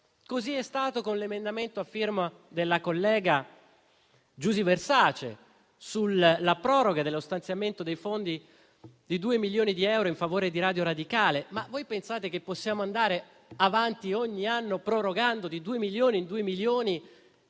Così è stato con l'emendamento, a firma della collega senatrice Giusy Versace, sulla proroga dello stanziamento dei fondi di 2 milioni di euro in favore di Radio radicale. Pensate, ad esempio, che si possa andare avanti ogni anno prorogando, di 2 milioni in 2 milioni,